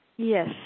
Yes